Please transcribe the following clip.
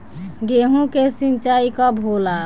गेहूं के सिंचाई कब होला?